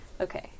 Okay